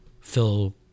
Phil